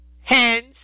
hands